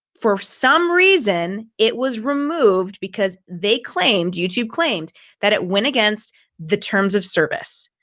for some reason it was removed because they claimed youtube claimed that it went against the terms of service.